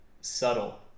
subtle